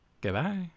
Goodbye